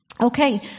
Okay